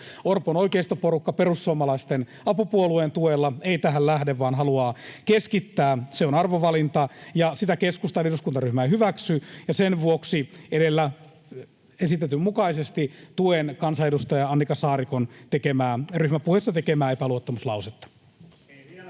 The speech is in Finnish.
Orpon oikeistoporukka perussuomalaisten apupuolueen tuella ei tähän lähde, vaan haluaa keskittää. Se on arvovalinta, ja sitä keskustan eduskuntaryhmä ei hyväksy. Ja sen vuoksi edellä esitetyn mukaisesti tuen kansanedustaja Annika Saarikon ryhmäpuheessa tekemää epäluottamuslausetta.